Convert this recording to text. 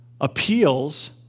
appeals